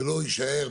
שלא יישאר,